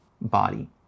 body